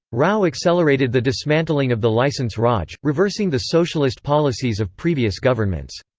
rao accelerated the dismantling of the licence raj, reversing the socialist policies of previous governments.